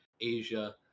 asia